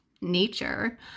nature